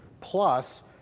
plus